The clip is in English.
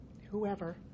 whoever